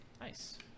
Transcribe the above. Nice